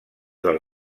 del